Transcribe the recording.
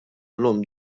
llum